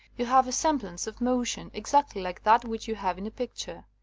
you have a semblance of motion exactly like that which you have in a picture.